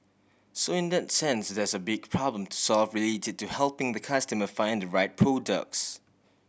so in that sense there's a big problem to solve related to helping the customer find the right products